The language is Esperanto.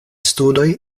studoj